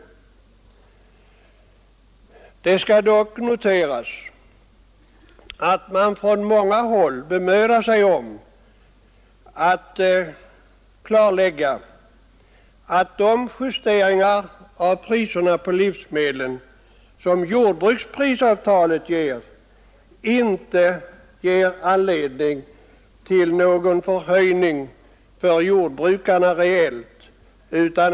Det skall dock noteras att man från många håll bemödar sig om att klarlägga att de justeringar av priserna på livsmedel som jordbruksprisavtalet åstadkommer inte ger jordbrukarna en reell förbättring.